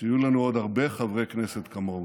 שיהיו לנו עוד הרבה חברי כנסת כמוהו.